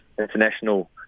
international